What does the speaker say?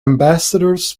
ambassadors